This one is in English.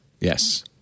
Yes